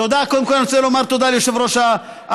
קודם כול אני רוצה לומר תודה ליושב-ראש הקואליציה.